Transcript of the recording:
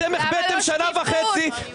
אתם החבאתם שנה וחצי --- למה לא שקיפות?